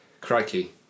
Crikey